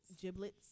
giblets